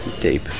deep